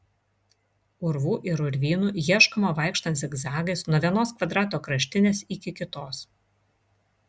urvų ir urvynų ieškoma vaikštant zigzagais nuo vienos kvadrato kraštinės iki kitos